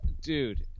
dude